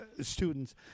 students